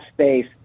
space